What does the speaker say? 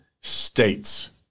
states